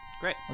Great